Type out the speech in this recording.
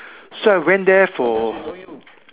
so I went there for